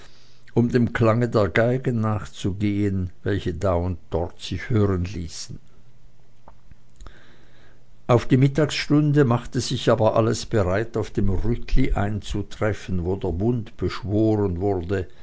um dem klange der geigen nachzugehen welche da und dort sich hören ließen auf die mittagsstunde machte sich aber alles bereit auf dem rütli einzutreffen wo der bund beschworen wurde